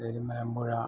per Malampuzha